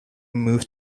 moved